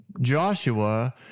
Joshua